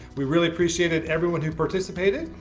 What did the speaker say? we really appreciated everyone who participated.